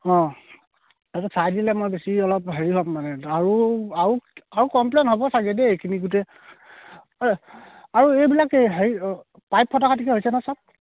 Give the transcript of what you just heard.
অঁ তাৰপাছত চাই দিলে মই বেছি অলপ হেৰি হ'ম মানে আৰু আৰু আৰু কমপ্লেইন হ'ব চাগে দেই এইখিনি গোটেই আৰু এইবিলাক এই হেৰি পাইপ ফটা কাটিকে হৈছেনে সব